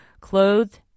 clothed